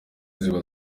ziba